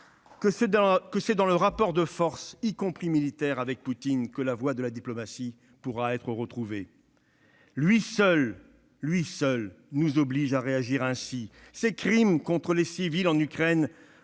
que c'est dans le rapport de force, y compris militaire, avec Poutine que la voie de la diplomatie pourra être retrouvée. Lui seul nous oblige à réagir ainsi. Ses crimes contre les civils en Ukraine